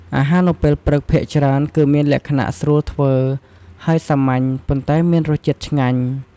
អាហារនៅពេលព្រឹកភាគច្រើន គឺមានលក្ខណៈ ស្រួលធ្វើ ហើយសាមញ្ញ ប៉ុន្តែមានរសជាតិឆ្ងាញ់។